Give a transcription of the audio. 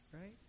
Right